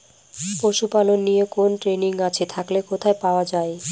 পশুপালন নিয়ে কোন ট্রেনিং আছে থাকলে কোথায় পাওয়া য়ায়?